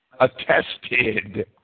attested